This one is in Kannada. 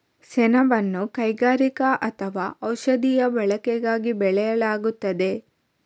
ಸೆಣಬನ್ನು ಕೈಗಾರಿಕಾ ಅಥವಾ ಔಷಧೀಯ ಬಳಕೆಯಾಗಿ ಬೆಳೆಯಲಾಗುತ್ತದೆ